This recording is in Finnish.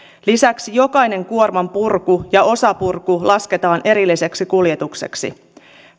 lisäksi jokainen kuormanpurku ja osapurku lasketaan erilliseksi kuljetukseksi